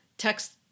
Text